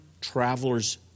traveler's